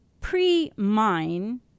pre-mine